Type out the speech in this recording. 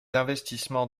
investissements